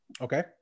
Okay